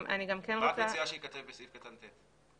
מה את מציעה שייכתב בסעיף קטן (ט)?